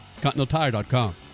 ContinentalTire.com